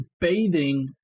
bathing